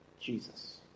Jesus